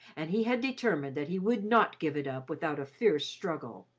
and he had determined that he would not give it up without a fierce struggle.